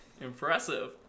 Impressive